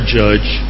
judge